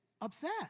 upset